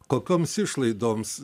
kokioms išlaidoms